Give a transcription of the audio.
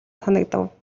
санагдав